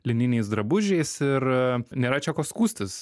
lininiais drabužiais ir a nėra čia ko skųstis